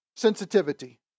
sensitivity